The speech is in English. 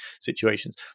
situations